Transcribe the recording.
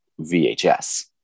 VHS